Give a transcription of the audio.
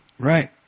Right